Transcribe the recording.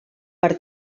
per